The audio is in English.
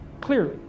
clearly